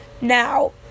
Now